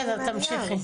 בסדר, תמשיכי.